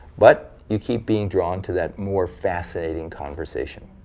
but you keep being drawn to that more fascinating conversation.